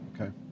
Okay